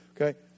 Okay